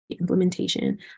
implementation